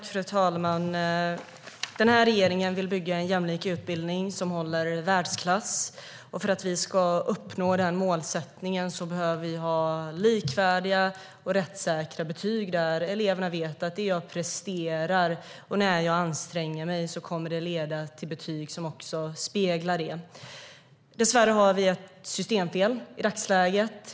Fru talman! Den här regeringen vill bygga en jämlik utbildning som håller världsklass. För att vi ska uppnå det målet behövs likvärdiga och rättssäkra betyg där eleverna vet att vad de presterar och när de anstränger sig kommer att leda till betyg som speglar detta. Dessvärre finns ett systemfel i dagsläget.